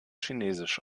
chinesisch